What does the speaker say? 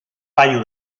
paio